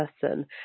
person